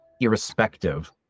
irrespective